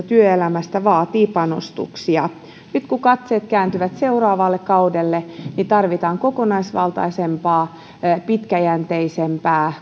työelämässä vaatii panostuksia nyt kun katseet kääntyvät seuraavalle kaudelle niin tarvitaan kokonaisvaltaisempaa pitkäjänteisempää